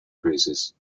cruises